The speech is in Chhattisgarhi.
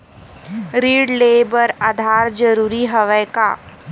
ऋण ले बर आधार जरूरी हवय का?